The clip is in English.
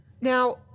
Now